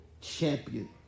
champion